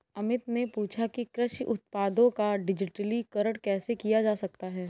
अमित ने पूछा कि कृषि उत्पादों का डिजिटलीकरण कैसे किया जा सकता है?